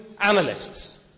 analysts